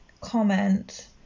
comment